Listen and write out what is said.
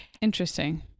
Interesting